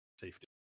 safety